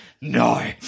No